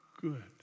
good